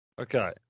Okay